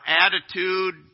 attitude